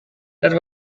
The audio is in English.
that